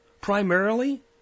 primarily